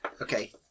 Okay